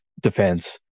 defense